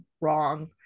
wrong